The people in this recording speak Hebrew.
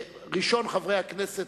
כראשון חברי הכנסת,